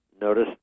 Notice